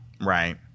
Right